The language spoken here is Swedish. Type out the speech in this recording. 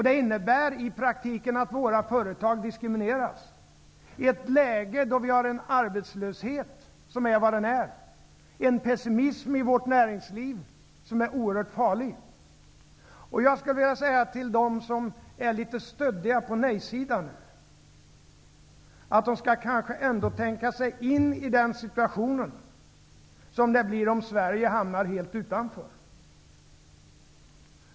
Det innebär i praktiken att våra företag diskrimineras, i ett läge då vi har en arbetslöshet som är vad den är, en pessimism i vårt näringsliv som är oerhört farlig. Jag skulle vilja säga till dem som är litet stöddiga på nej-sidan att de kanske ändå skall tänka sig in i den situation som uppstår, om Sverige hamnar helt utanför.